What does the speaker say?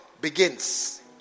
begins